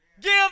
Give